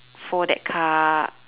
for that car